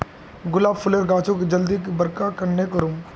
गुलाब फूलेर गाछोक जल्दी बड़का कन्हे करूम?